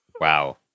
Wow